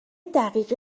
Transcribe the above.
دقیقه